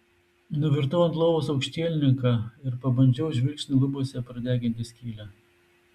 nuvirtau ant lovos aukštielninka ir pabandžiau žvilgsniu lubose pradeginti skylę